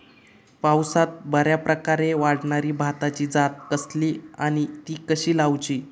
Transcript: पावसात बऱ्याप्रकारे वाढणारी भाताची जात कसली आणि ती कशी लाऊची?